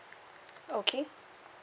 okay